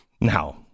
Now